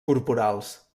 corporals